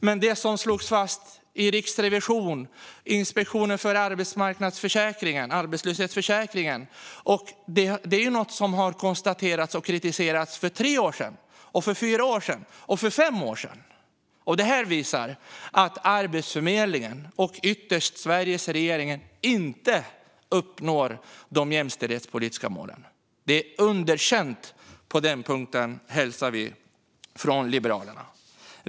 Men det som slogs fast av Riksrevisionen och Inspektionen för arbetslöshetsförsäkringen är något som har konstaterats och kritiserats för tre, fyra och fem år sedan. Detta visar att Arbetsförmedlingen och ytterst Sveriges regering inte uppnår de jämställdhetspolitiska målen. Det är underkänt på den punkten, hälsar vi från Liberalerna.